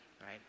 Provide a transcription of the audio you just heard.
right